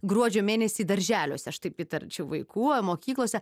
gruodžio mėnesį darželiuose aš taip įtarčiau vaikų mokyklose